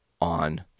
on